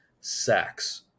sex